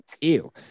Ew